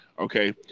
Okay